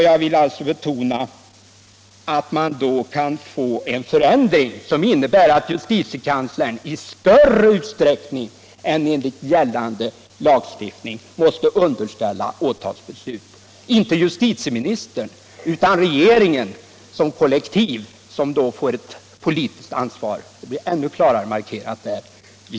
Jag vill alltså betona att det då kan bli en förändring som innebär att justitickanslern i större utsträckning än enligt gällande lagstiftning måste underställas åtalsbestut. Det är inte justitierninistern, utan regeringen som då får ett kollektivt politiskt ansvar - regeringens politiska ansvar är ännu klarare markerat där.